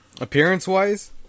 appearance-wise